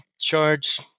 charge